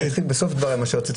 ואני אתחיל בסוף דבריי את מה שרציתי